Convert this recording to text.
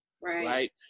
right